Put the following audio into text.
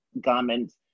garments